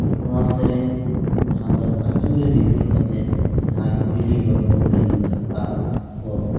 ᱱᱚᱣᱟ ᱥᱮᱨᱮᱧ ᱡᱟᱦᱟᱸ ᱫᱚ ᱟᱹᱪᱩᱨᱮ ᱵᱤᱦᱩᱨ ᱠᱟᱛᱮᱫ ᱡᱟᱦᱟᱸᱭ ᱠᱩᱭᱞᱤᱜᱚᱨ ᱧᱩᱛ ᱨᱮ ᱢᱮᱱᱟᱜ ᱚᱲᱟᱜ ᱠᱚ